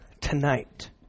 tonight